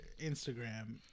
Instagram